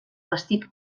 vestit